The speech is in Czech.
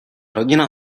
rodina